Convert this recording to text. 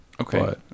Okay